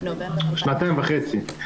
שנתיים וחצי.